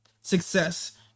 success